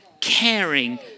caring